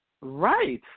Right